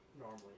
normally